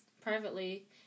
Privately